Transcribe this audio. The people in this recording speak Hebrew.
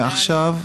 עכשיו,